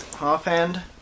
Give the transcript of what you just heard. Offhand